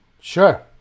sure